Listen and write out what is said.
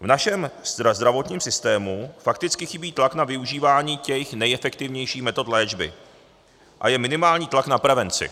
V našem zdravotním systému fakticky chybí tlak na využívání těch nejefektivnějších metod léčby a je minimální tlak na prevenci.